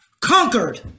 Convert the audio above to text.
Conquered